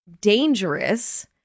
dangerous